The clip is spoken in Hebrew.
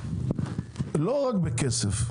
ולא רק בכסף.